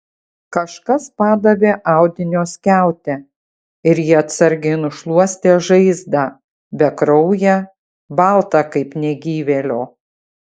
kažkas padavė audinio skiautę ir ji atsargiai nušluostė žaizdą bekrauję baltą kaip negyvėlio